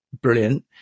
Brilliant